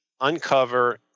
uncover